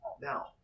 Now